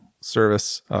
service